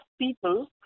people